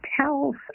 tells